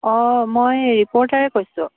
অঁ মই ৰিপৰ্টাৰে কৈছোঁ